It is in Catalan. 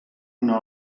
una